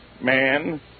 man